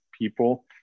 people